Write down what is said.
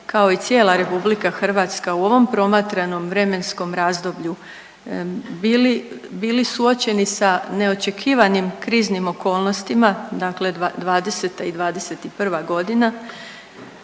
kao i cijela RH u ovom promatranom vremenskom razdoblju bili, bili suočeni sa neočekivanim kriznim okolnostima, dakle '20. i '21. godina,